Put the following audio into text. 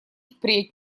впредь